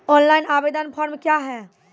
Online आवेदन form क्या हैं?